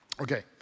Okay